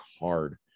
hard